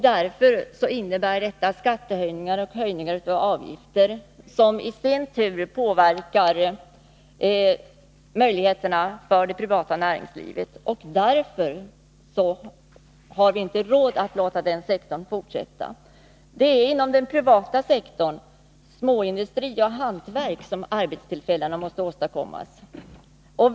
Det innebär därför skattehöjningar och höjningar av avgifter som i sin tur påverkar möjligheterna för det privata näringslivet. Därför har vi inte råd att låta den sektorn fortsätta att växa. Det är inom den privata sektorn, småindustri och hantverk, som arbetstillfällena måste åstadkommas.